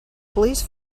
police